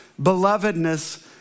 belovedness